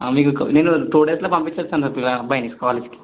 మీకు ఒక నేను టూ డేస్లో పంపించేస్తాను పిలగా అబ్బాయిని కాలేజీకి